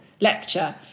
lecture